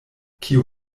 kiu